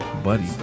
Buddy